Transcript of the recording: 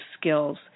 skills